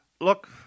Look